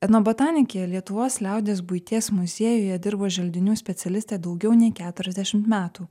etnobotanikė lietuvos liaudies buities muziejuje dirbo želdinių specialiste daugiau nei keturiasdešim metų